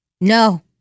No